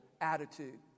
attitude